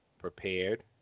prepared